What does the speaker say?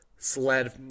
Sled